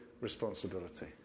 responsibility